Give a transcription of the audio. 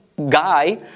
guy